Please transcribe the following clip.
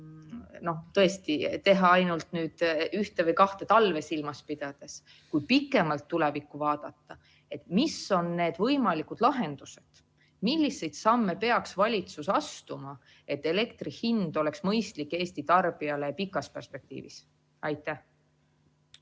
saab tõesti teha ainult ühte või kahte talve silmas pidades. Kui pikemalt tulevikku vaadata, mis on need võimalikud lahendused, milliseid samme peaks valitsus astuma, et elektri hind oleks mõistlik Eesti tarbijale pikas perspektiivis? Ma